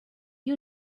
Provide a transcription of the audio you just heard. you